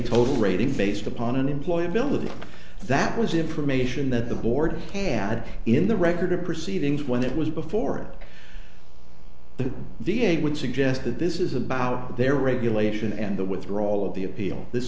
total rating based upon unemployability that was information that the board had in the record of proceedings when it was before the v a would suggest that this is about their regulation and the withdrawal of the appeal this